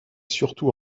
surtout